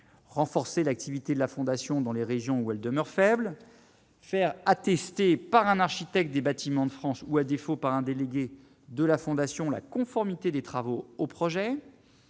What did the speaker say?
renforcer l'activité de la Fondation dans les régions où elle demeure faible faire attestée par un architecte des Bâtiments de France, ou à défaut par un délégué de la Fondation la conformité des travaux au projet